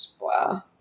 Wow